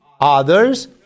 Others